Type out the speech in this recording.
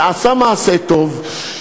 שעשה מעשה טוב,